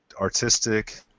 artistic